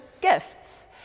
gifts